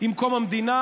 עם קום המדינה.